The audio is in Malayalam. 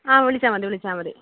ആ വിളിച്ചാൽ മതി വിളിച്ചാൽ മതി